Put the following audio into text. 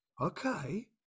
okay